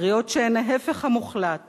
קריאות שהן ההיפך המוחלט